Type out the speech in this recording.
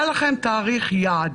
היה לכם תאריך יעד.